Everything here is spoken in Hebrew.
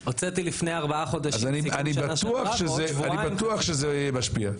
אני בטוח שזה משפיע.